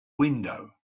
window